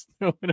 no